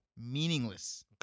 Meaningless